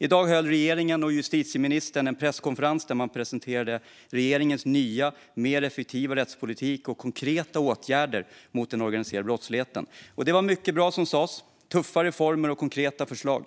I dag höll regeringen och justitieministern en presskonferens där man presenterade regeringens nya, mer effektiva rättspolitik och konkreta åtgärder mot den organiserade brottsligheten. Det var mycket bra som sades - tuffa reformer och konkreta förslag.